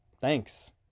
thanks